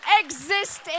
exist